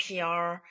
PR